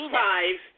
five